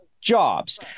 jobs